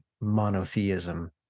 monotheism